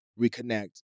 reconnect